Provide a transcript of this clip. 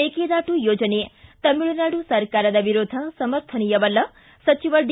ಮೇಕೆದಾಟು ಯೋಜನೆ ತಮಿಳುನಾಡು ಸರ್ಕಾರದ ವಿರೋಧ ಸಮರ್ಥನಿಯವಲ್ಲ ಸಚಿವ ಡಿ